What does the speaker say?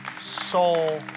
soul